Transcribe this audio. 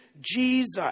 Jesus